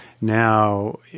now